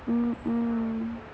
mmhmm